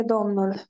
Domnul